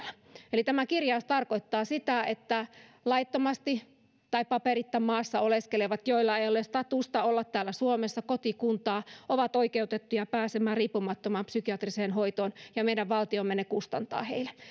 eli tämä kirjaus tarkoittaa sitä että laittomasti tai paperitta maassa oleskelevat joilla ei ole statusta olla täällä suomessa ei kotikuntaa ovat oikeutettuja pääsemään tahdosta riippumattomaan psykiatriseen hoitoon ja meidän valtiomme sen kustantaa heille